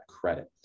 credit